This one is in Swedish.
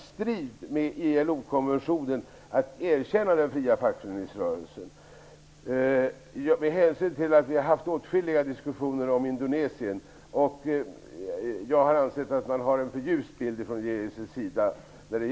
Strejken är den första av denna omfattning sedan militärkuppen 1965.